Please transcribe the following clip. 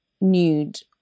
nude